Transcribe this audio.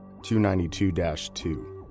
292-2